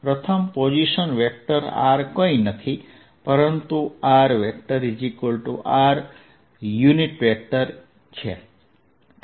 પ્રથમ position vector r કંઈ નથી પરંતુ r r r છે